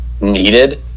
needed